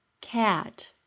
cat